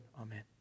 Amen